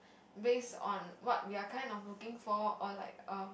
based on what we are kind of looking for or like um